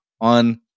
on